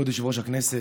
כבוד יושב-ראש הכנסת,